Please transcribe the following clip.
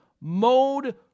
mode